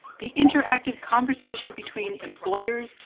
the interactive conversation between employers,